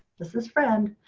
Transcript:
this is friend.